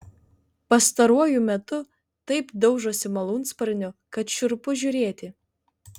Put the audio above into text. pastaruoju metu taip daužosi malūnsparniu kad šiurpu žiūrėti